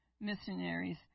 missionaries